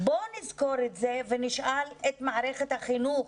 בואו נזכור את זה ונשאל את מערכת החינוך,